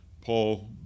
Paul